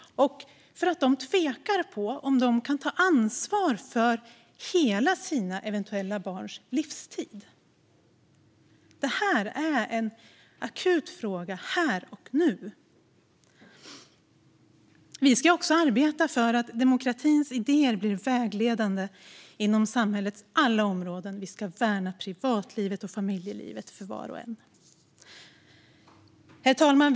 De tvekar om huruvida de kan ta ansvar för sina eventuella barns hela livstid. Detta är en akut fråga här och nu. Vi ska arbeta för att demokratins idéer blir vägledande inom samhällets alla områden. Vi ska värna privatlivet och familjelivet för var och en. Herr talman!